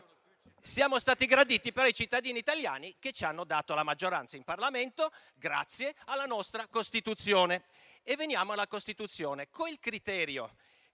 siamo stati graditi, però, ai cittadini italiani che ci hanno dato la maggioranza in Parlamento grazie alla nostra Costituzione. Veniamo proprio alla Costituzione. Stando al criterio